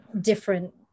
different